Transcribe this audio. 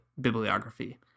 bibliography